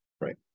right